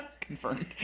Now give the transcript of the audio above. Confirmed